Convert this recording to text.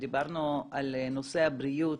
כשדיברנו על נושא הבריאות